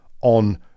on